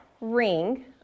ring